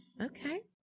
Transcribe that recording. Okay